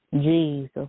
Jesus